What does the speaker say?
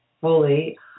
fully